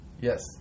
Yes